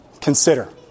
consider